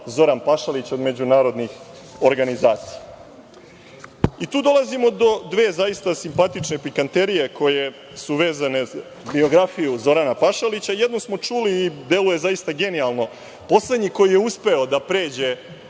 Zoran Pašalić od međunarodnih organizacija. Tu dolazimo do dve zaista simpatične pikanterije koje su vezane za biografiju Zorana Pašalića. Jednu smo čuli i deluje zaista genijalno. Poslednji koji je uspeo da pređe